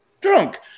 drunk